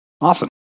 Awesome